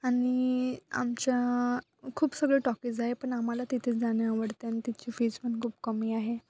आणि आमच्या खूप सगळं टॉकीज आहे पण आम्हाला तिथेच जाणे आवडते आणि तिथची फीज पण खूप कमी आहे